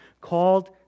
called